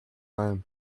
man